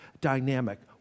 dynamic